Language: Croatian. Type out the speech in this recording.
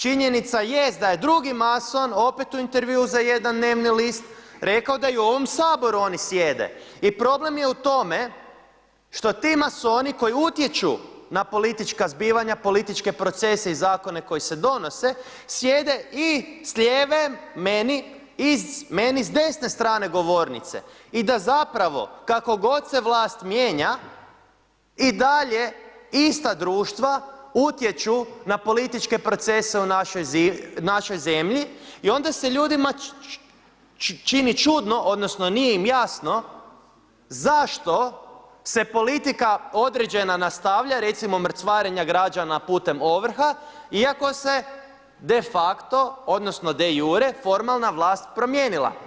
Činjenica jest da je drugi mason opet u intervju za jedan dnevni list rekao da i u ovom Saboru oni sjede i problem je u tome što ti masoni koji utječu na politička zbivanja, političke procese i zakone koji se donose sjede i s lijeve meni i meni s desne strane govornice, i da zapravo kako god se vlast mijenja i dalje ista društva utječu na političke procese u našoj zemlji i onda se ljudima čini čudno odnosno nije im jasno zašto se politika određena nastavlja recimo mrcvarenja građana putem ovrha i ako se defacto odnosno dejure formalna vlast promijenila.